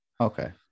Okay